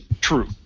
True